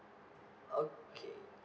okay